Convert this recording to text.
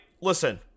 listen